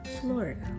Florida